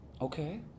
Okay